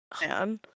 man